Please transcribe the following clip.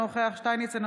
אינו נוכח יובל שטייניץ,